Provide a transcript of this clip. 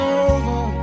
over